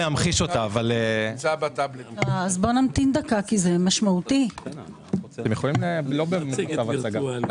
שגדלה בקצב יותר גבוה היא בעיקר החברה החרדית,